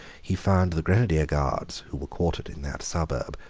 he found the grenadier guards, who were quartered in that suburb,